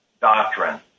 doctrine